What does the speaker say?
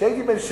כשהייתי בן 16,